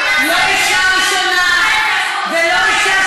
שלא רוצות להיות לא אישה ראשונה ולא אישה